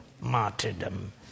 martyrdom